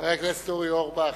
חבר הכנסת אורי אורבך.